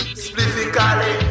specifically